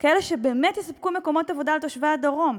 כאלה שבאמת יספקו מקומות עבודה לתושבי הדרום?